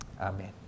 Amen